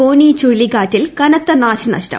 ഫോനി ചുഴലിക്കാറ്റിൽ കനത്ത നാശനഷ്ടം